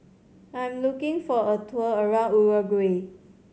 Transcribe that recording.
I am looking for a tour around Uruguay